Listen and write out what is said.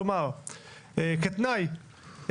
כלומר כתנאי,